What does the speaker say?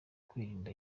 kwirinda